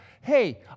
Hey